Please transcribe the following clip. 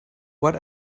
what